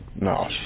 No